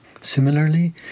Similarly